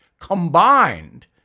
combined